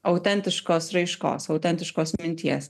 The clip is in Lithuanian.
autentiškos raiškos autentiškos minties